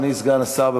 אדוני סגן השר,